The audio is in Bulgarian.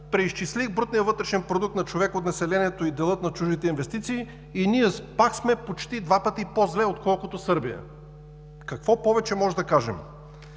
Преизчислих брутния вътрешен продукт на човек от населението и дела на чуждестранните инвестиции и ние пак сме почти два пъти по-зле, отколкото Сърбия. Какво повече можем да кажем?!